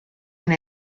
and